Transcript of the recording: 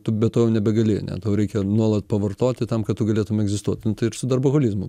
tu be to jau nebegali ne tau reikia nuolat pavartoti tam kad tu galėtum egzistuot ir su darboholizmu